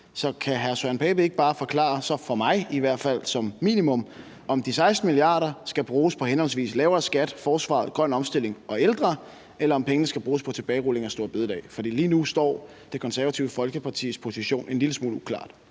Så kan hr. Søren Pape Poulsen ikke bare forklare, i hvert fald for mig som minimum, om de 16 mia. kr. skal bruges på henholdsvis lavere skat, forsvaret, grøn omstilling og ældre, eller om pengene skal bruges på en tilbagerulning af store bededag? For lige nu står Det Konservative Folkepartis position en lille smule uklart.